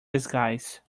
disguise